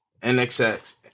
NXX